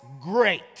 great